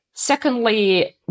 Secondly